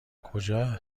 کجا